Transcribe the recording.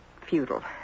futile